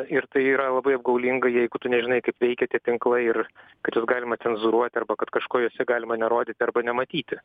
ir tai yra labai apgaulinga jeigu tu nežinai kaip veikia tie tinklai ir kad juos galima cenzūruoti arba kad kažko juose galima nerodyti arba nematyti